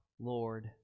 lord